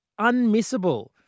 unmissable